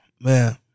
Man